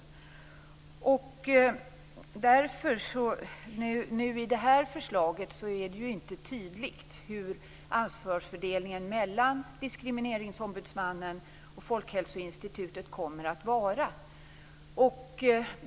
I det här förslaget är det inte tydligt hur ansvarsfördelningen mellan Diskrimineringsombudsmannen och Folkhälsoinstitutet kommer att vara.